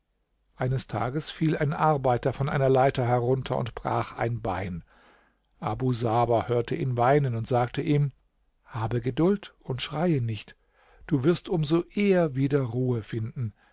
eines tages fiel ein arbeiter von einer leiter herunter und brach ein bein abu saber hörte ihn weinen und sagte ihm habe geduld und schreie nicht du wirst um so eher wieder ruhe finden